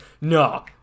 No